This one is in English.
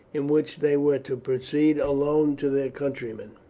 in which they were to proceed alone to their countrymen.